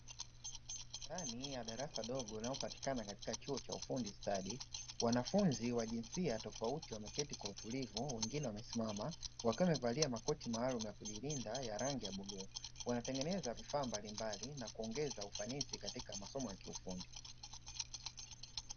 Ndani ya darasa dogo linalopatikana katika chuo cha ufundi stadi, wanafunzi wa jinsia tofauti wameketi kwa utulivu, wengine wamesimama, wakiwa wamevalia makoti maalumu ya kujilinda ya rangi ya bluu, wanatengeneza vifaa mbalimbali na kuongeza ufanisi katika masomo ya kiufundi.